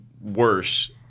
worse